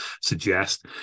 suggest